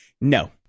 no